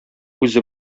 үзе